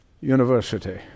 University